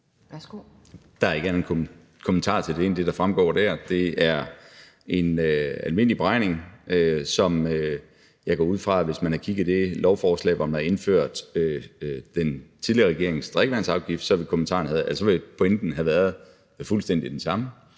Der er ingen anden kommentar til det end det, der fremgår der. Det er en almindelig beregning, og jeg går ud fra, at hvis man havde kigget i det lovforslag, hvor den tidligere regerings drikkevandsafgift var indført, så ville pointen have været fuldstændig den samme.